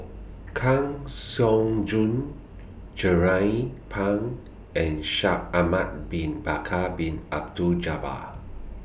Kang Siong Joo Jernnine Pang and Shaikh Ahmad Bin Bakar Bin Abdullah Jabbar